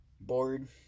bored